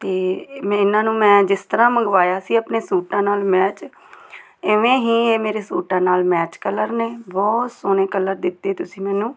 ਅਤੇ ਮੈਂ ਇਹਨਾਂ ਨੂੰ ਮੈਂ ਜਿਸ ਤਰ੍ਹਾਂ ਮੰਗਵਾਇਆ ਸੀ ਆਪਣੇ ਸੂਟਾਂ ਨਾਲ ਮੈਚ ਇਵੇਂ ਹੀ ਇਹ ਮੇਰੇ ਸੂਟਾਂ ਨਾਲ ਮੈਚ ਕਲਰ ਨੇ ਬਹੁਤ ਸੋਹਣੇ ਕਲਰ ਦਿੱਤੇ ਤੁਸੀਂ ਮੈਨੂੰ